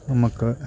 നമുക്ക്